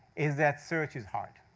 is that search his hard,